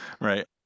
Right